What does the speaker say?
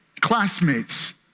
classmates